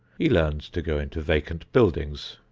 he learns to go into vacant buildings,